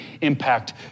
impact